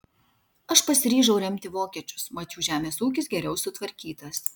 aš pasiryžau remti vokiečius mat jų žemės ūkis geriau sutvarkytas